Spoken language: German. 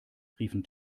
riefen